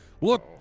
Look